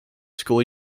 school